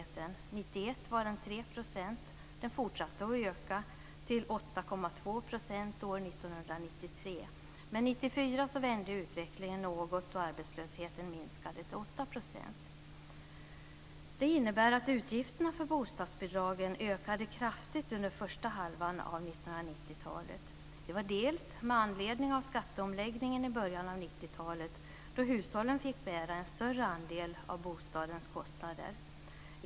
År 1991 var den 3 %, och den fortsatte att öka till 8,2 % år 1993. År 1994 vände utvecklingen något, och arbetslösheten minskade till Det innebär att utgifterna för bostadsbidragen ökade kraftigt under första halvan av 1990-talet. Det var delvis med anledning av skatteomläggningen i början av 1990-talet då hushållen fick bära en större andel av bostadens kostnader.